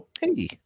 hey